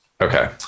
Okay